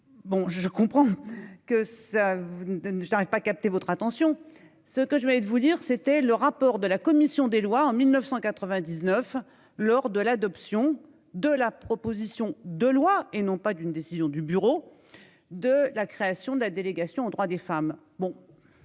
Bon je comprends que ça vous donne, je n'arrive pas à capter votre attention. Ce que je voulais vous dire c'était le rapport de la commission des lois en 1999 lors de l'adoption de la proposition de loi et non pas d'une décision du bureau de la création de la délégation aux droits des femmes.